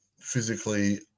physically